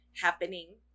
happening